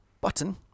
button